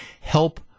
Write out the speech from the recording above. help